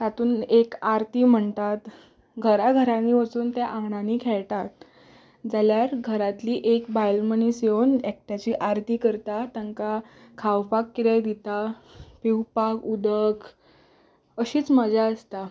तातूंत एक आरती म्हणटात घराघरांनी वचून ते आंगणांनी खेळटात जाल्यार घरांतली एक बायल मनीस येवन एकट्याची आरती करता तांकां खावपाक कितेंय दिता पिवपाक उदक अशीच मजा आसता